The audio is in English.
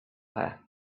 her